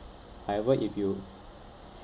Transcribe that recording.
however if you